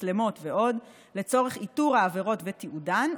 מצלמות ועוד לצורך איתור העבירות ותיעודן,